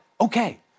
Okay